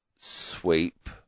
Sweep